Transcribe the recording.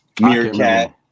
Meerkat